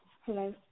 hello